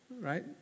Right